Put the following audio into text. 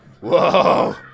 Whoa